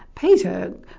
Peter